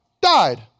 died